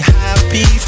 happy